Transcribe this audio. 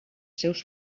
seus